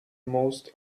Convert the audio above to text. most